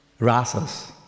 rasas